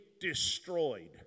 destroyed